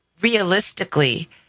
realistically